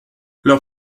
leur